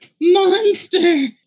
monster